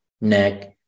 neck